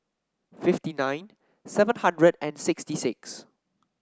fifty nine seven hundred and sixty six